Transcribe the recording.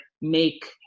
make